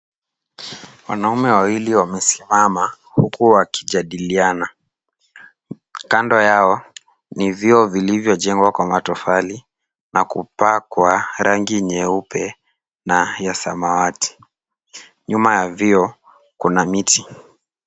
Wanaume wawili wamesimama huku wakijadiliana. Kando yao ni vyoo vilivyojengwa kwa matofali na kupakwa rangi nyeupe na ya samawati. Nyuma ya vyoo kuna miti.